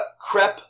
Crepe